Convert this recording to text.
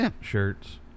shirts